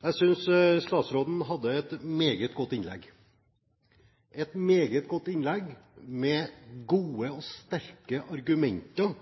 Jeg synes statsråden hadde et meget godt innlegg – et meget godt innlegg med gode og sterke argumenter